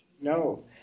No